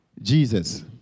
Jesus